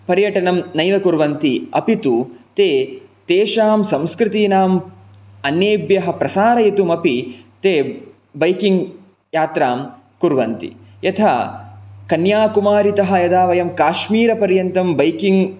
पर्यटनं नैव कुर्वन्ति अपि तु ते तेषां संस्कृतीनाम् अन्येभ्यः प्रसारयितुमपि ते बैकिङ्ग् यात्रां कुर्वन्ति यथा कन्याकुमारितः यदा वयं काश्मीरपर्यन्तं बैकिङ्ग्